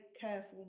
careful